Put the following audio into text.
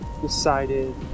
decided